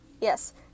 Yes